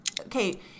okay